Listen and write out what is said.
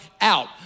out